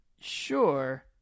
Sure